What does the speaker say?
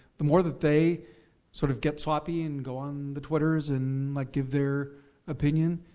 the more that they sort of get sloppy and go on the twitters and like give their opinion,